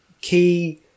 key